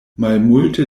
malmulte